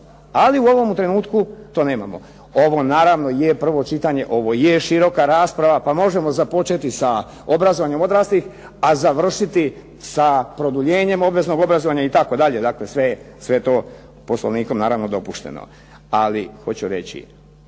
ali u ovom trenutku to nemamo. Ovo naravno je prvo čitanje, ovo je široka rasprava pa možemo započeti sa obrazovanjem odraslih a završiti sa produljenjem obveznog obrazovanja itd., dakle sve je to poslovnikom naravno dopušteno. Ali hoću reći